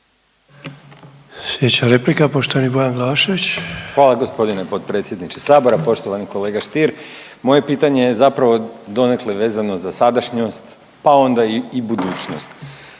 **Glavašević, Bojan (Nezavisni)** Hvala gospodine potpredsjedniče sabora. Poštovani kolega Stier, moje pitanje je zapravo donekle vezano za sadašnjoj pa onda i budućnost.